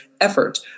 effort